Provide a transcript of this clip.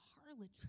harlotry